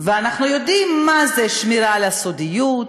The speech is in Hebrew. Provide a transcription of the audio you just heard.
ואנחנו יודעים מה זה שמירה על הסודיות,